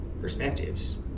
perspectives